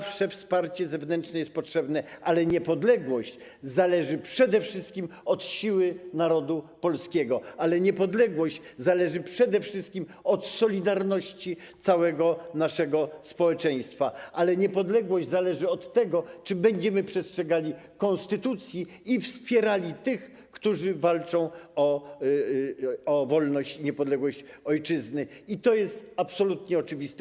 Wsparcie zewnętrzne zawsze jest potrzebne, ale niepodległość zależy przede wszystkim od siły narodu polskiego, niepodległość zależy przede wszystkim od solidarności całego naszego społeczeństwa, niepodległość zależy od tego, czy będziemy przestrzegali konstytucji i wspierali tych, którzy walczą o wolność i niepodległość ojczyzny, i to jest absolutnie oczywiste.